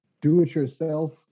do-it-yourself